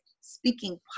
speaking